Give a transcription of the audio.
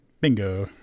Bingo